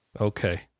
Okay